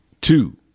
Two